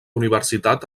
universitat